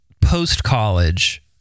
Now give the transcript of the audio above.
post-college